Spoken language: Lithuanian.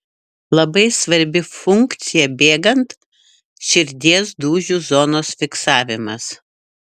labai svarbi funkcija bėgant širdies dūžių zonos fiksavimas